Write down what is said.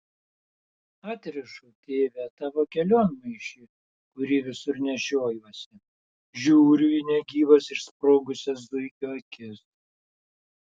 atrišu tėve tavo kelionmaišį kurį visur nešiojuosi žiūriu į negyvas išsprogusias zuikio akis